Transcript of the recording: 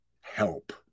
help